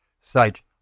site